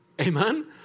Amen